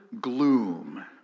gloom